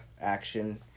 action